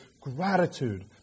gratitude